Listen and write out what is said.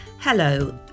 Hello